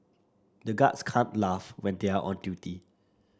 the guards can't laugh when they are on duty